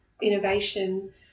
innovation